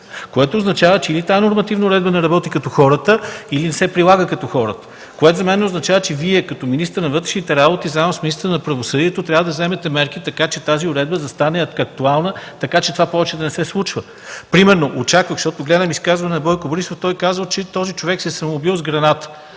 което означава, че или тази нормативна уредба не работи като хората, или не се прилага като хората. Това за мен означава, че Вие като министър на вътрешните работи заедно с министъра на правосъдието трябва да вземете мерки тази уредба да стане актуална и това повече да не се случва. Гледам изказване на Бойко Борисов. Той е казал, че този човек се е самоубил с граната.